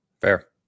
fair